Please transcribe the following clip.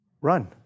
Run